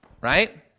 right